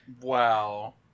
Wow